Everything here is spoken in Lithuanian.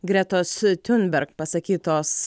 gretos tiunberg pasakytos